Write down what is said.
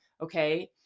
Okay